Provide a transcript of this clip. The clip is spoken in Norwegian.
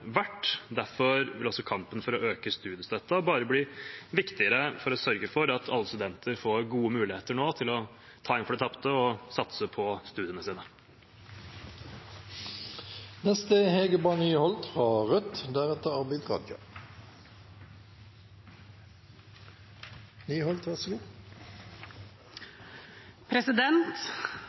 også kampen for å øke studiestøtten bare viktigere for å sørge for at alle studenter nå får gode muligheter til å ta igjen det tapte og satse på studiene sine.